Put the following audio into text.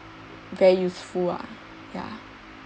very useful ah ya